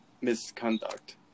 misconduct